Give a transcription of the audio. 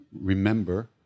remember